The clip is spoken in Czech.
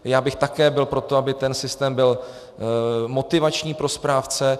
Já bych také byl pro to, aby ten systém byl motivační pro správce.